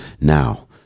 Now